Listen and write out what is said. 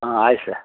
ಹಾಂ ಆಯ್ತು ಸರ್